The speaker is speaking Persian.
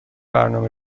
برنامه